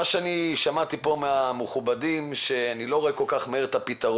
אני שמעתי מהמכובדים שאני לא רואה כל כך מהר את הפתרון